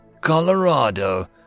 Colorado